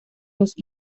los